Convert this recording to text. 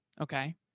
Okay